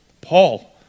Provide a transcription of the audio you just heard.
Paul